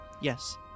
Yes